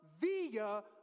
via